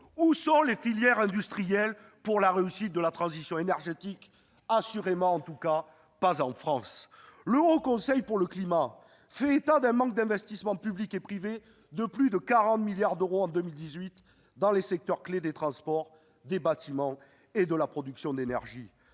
Où sont les filières industrielles pour la réussite de la transition énergétique ? Assurément pas en France ! Le Haut Conseil pour le climat fait état d'un manque d'investissements publics et privés de plus de 40 milliards d'euros en 2018 dans les secteurs clés des transports, du bâtiment et de la production d'énergie.